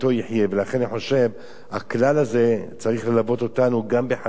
לכן אני חושב שהכלל הזה צריך ללוות אותנו גם בחקיקה,